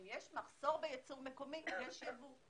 כשיש מחסור בייצור מקומי אז יש ייבוא.